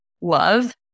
love